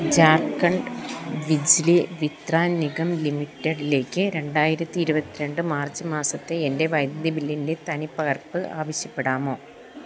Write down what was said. ജാർഖണ്ഡ് ബിജ്ലി വിത്രാൻ നിഗം ലിമിറ്റഡിലേക്ക് രണ്ടായിരത്തി ഇരുപത്തിരണ്ട് മാർച്ച് മാസത്തെ എൻ്റെ വൈദ്യുതി ബില്ലിൻ്റെ തനിപ്പകർപ്പ് ആവശ്യപ്പെടാമോ